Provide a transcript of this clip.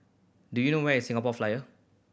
do you know where is Singapore Flyer